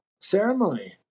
ceremony